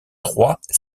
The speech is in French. trois